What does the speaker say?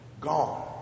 Gone